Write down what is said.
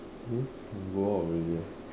eh can go out already ah